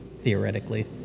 theoretically